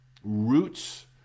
roots